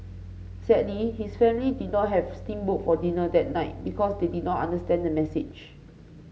sadly his family did not have steam boat for dinner that night because they did not understand the message